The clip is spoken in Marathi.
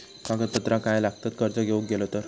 कागदपत्रा काय लागतत कर्ज घेऊक गेलो तर?